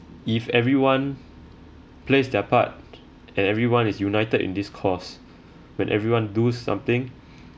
if everyone plays their part and everyone is united in this course when everyone do something